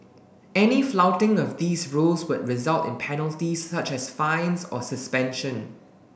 any flouting of these rules would result in penalties such as fines or suspension